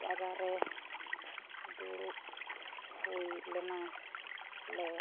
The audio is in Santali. ᱡᱟᱭᱜᱟ ᱨᱮ ᱫᱩᱲᱩᱵ ᱦᱩᱭ ᱞᱮᱱᱟ ᱞᱮᱱᱟ ᱟᱞᱮ